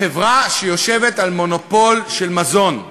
חברה שיושבת על מונופול של מזון,